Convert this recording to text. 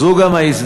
זאת גם ההזדמנות